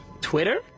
Twitter